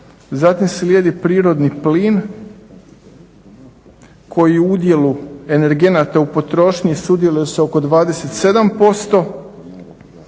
zatim slijedi prirodni plin koji je u udjelu energenata u potrošnji sudjeluje s ok 27%,